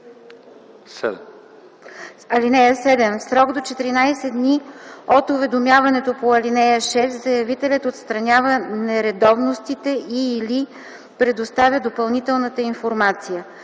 (7) В срок до 14 дни от уведомяването по ал. 6 заявителят отстранява нередовностите и/или предоставя допълнителната информация.